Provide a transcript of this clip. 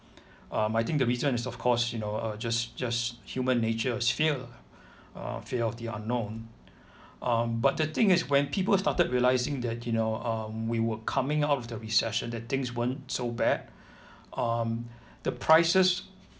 uh I think the reason is of course you know uh just just human nature is fear lah uh fear of the unknown um but the thing is when people started realizing that you know um we were coming out the recession that things weren't so bad um the prices